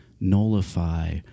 nullify